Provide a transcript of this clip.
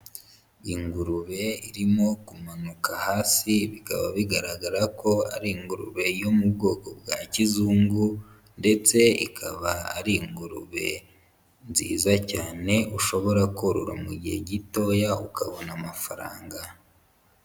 Ingurube irimo kumanuka hasi bikaba bigaragara ko ari ingurube yo mu bwoko bwa kizungu ndetse ikaba ari ingurube nziza cyane, ushobora korora mu gihe gitoya ukabona amafaranga.